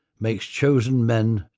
makes chosen men,